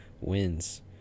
wins